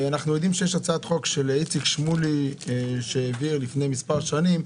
אנחנו יודעים שיש הצעת חוק של איציק שמולי שהעביר לפני מספר שנים,